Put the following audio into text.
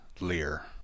Lear